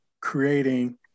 creating